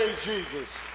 Jesus